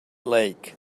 lake